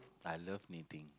I love knitting